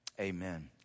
Amen